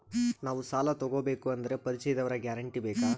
ನಾವು ಸಾಲ ತೋಗಬೇಕು ಅಂದರೆ ಪರಿಚಯದವರ ಗ್ಯಾರಂಟಿ ಬೇಕಾ?